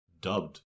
dubbed